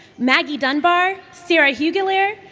maggie dunbar, sara hugeiler,